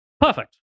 Perfect